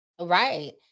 Right